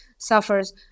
suffers